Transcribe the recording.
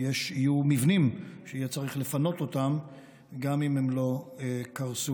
יהיו מבנים שיהיה צריך לפנות אותם גם אם הם לא קרסו.